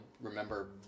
remember